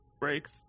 breaks